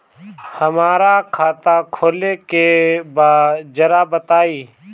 हमरा खाता खोले के बा जरा बताई